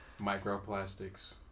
Microplastics